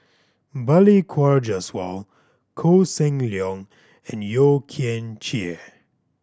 Balli Kaur Jaswal Koh Seng Leong and Yeo Kian Chye